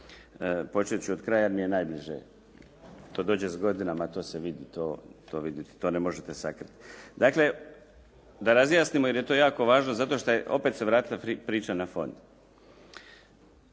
Počet ću od kraja, jer mi je najbliže. To dođe s godinama, to se vidi. To ne možete sakriti. Dakle, da razjasnimo jer je to jako važno zato što se opet vratila priča na fond.